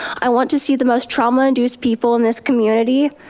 i want to see the most trauma-induced people in this community